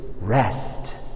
rest